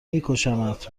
میکشمت